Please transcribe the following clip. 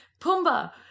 Pumbaa